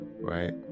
right